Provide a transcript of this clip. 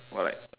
or like